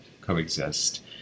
coexist